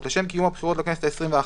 לשם קיום הבחירות לכנסת העשרים ואחת,